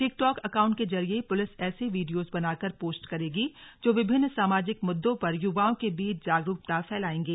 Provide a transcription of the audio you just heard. TikTok account के जरिये police ऐसे वीडियोज बनाकर पोस्ट करेगी जो विभिन्न सामाजिक मुद्दों पर युवाओं के बीच जागरूकता फैलायेंगे